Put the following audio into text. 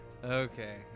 Okay